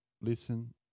listen